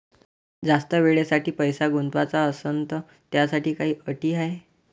जास्त वेळेसाठी पैसा गुंतवाचा असनं त त्याच्यासाठी काही अटी हाय?